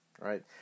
right